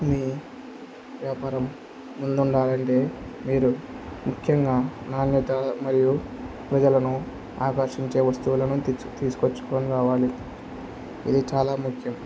మీ వ్యాపారం ముందుండాలంటే మీరు ముఖ్యంగా నాణ్యత మరియు ప్రజలను ఆకర్షించే వస్తువులను తీచ్చ తీసుకొచ్చుకొని రావాలి ఇది చాలా ముఖ్యం